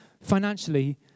financially